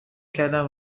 کردم